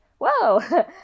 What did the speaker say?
whoa